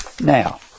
Now